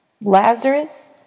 Lazarus